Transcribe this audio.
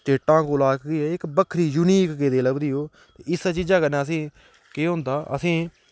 स्टेटैं कोला कि इक बक्खरी यूनीक गेदी लभदी ओह् इस्सै चीजै कन्नै असें केह् होंदा असें गी